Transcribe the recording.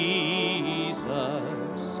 Jesus